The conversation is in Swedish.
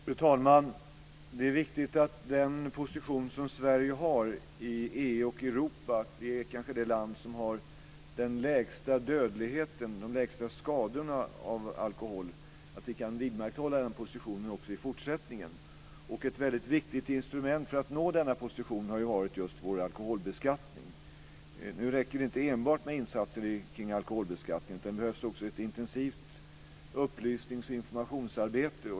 Fru talman! Det är viktigt att vi också i fortsättningen kan vidmakthålla den position som Sverige har i EU och Europa som det land som kanske har den lägsta dödligheten och de lägsta skadorna av alkohol. Ett väldigt viktigt instrument för att nå denna position har ju varit just vår alkoholbeskattning. Nu räcker det inte enbart med insatser kring alkoholbeskattningen, utan det behövs också ett intensivt upplysnings och informationsarbete.